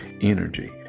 energy